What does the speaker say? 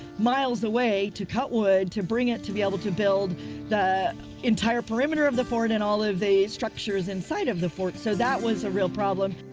miles away to cut wood, to bring it to be able to build the entire perimeter of the fort and all of the structures inside of the fort. so that was a real problem.